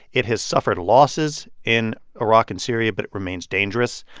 it has suffered losses in iraq and syria, but it remains dangerous.